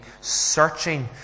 searching